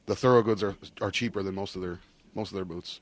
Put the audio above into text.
just are cheaper than most of their most of their boots